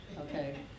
Okay